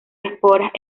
esporas